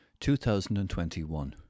2021